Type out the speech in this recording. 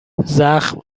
زخم